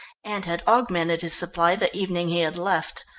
and had augmented his supply the evening he had left.